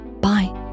Bye